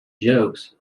jokes